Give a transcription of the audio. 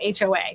HOA